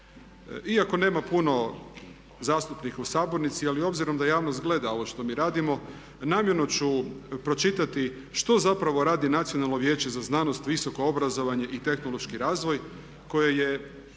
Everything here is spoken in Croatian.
Iako nema puno zastupnika u sabornici ali obzirom da javnost gleda ovo što mi radimo namjerno ću pročitati što zapravo radi Nacionalno vijeće za znanost, visoko obrazovanje i tehnološki razvoj koje je